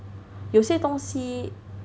有些东西